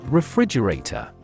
refrigerator